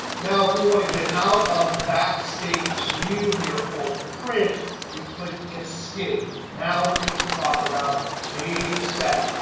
now, if we want to get out of backstage view here or print we click escape. now we're going to talk about page setup.